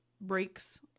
breaks